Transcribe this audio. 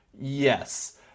Yes